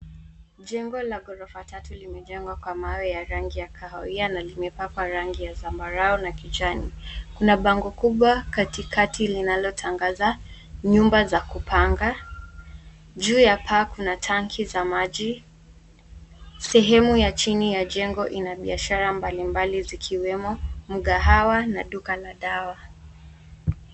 Jengo lenye ghorofa tatu limejengwa kwa mawe ya rangi ya kahawia na limepambwa kwa rangi ya zambarau na nyeupe. Kati ya jengo kuna bango kubwa linalotangaza nyumba hizo za kupanga, na juu ya paa kuna tanki za maji. Sehemu ya chini ya jengo imejumuisha biashara mbalimbali, zikihusisha mgahawa na duka la dawa.